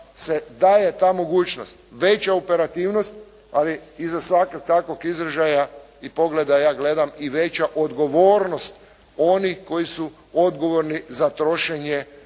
daje ta mogućnost, veća operativnost, ali iza svakog takvog izražaja i pogleda ja gledam i veća odgovornost onih koji su odgovorni za trošenje